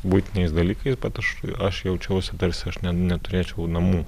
buitiniais dalykais bet aš aš jaučiausi tarsi aš ne neturėčiau namų